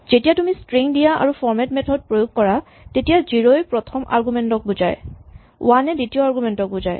যেতিয়া তুমি স্ট্ৰিং দিয়া আৰু ফৰমেট মেথড প্ৰয়োগ কৰা তেতিয়া জিৰ' ই প্ৰথম আৰগুমেন্ট ক বুজায় ৱান এ দ্বিতীয় আৰগুমেন্ট টোক বুজায়